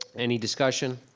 any discussion?